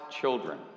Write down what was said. children